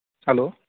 hello